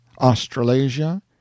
Australasia